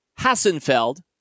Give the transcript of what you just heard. Hassenfeld